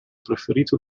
preferito